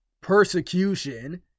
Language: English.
persecution